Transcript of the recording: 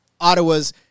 Ottawa's